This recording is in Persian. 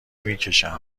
میکشن